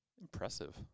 Impressive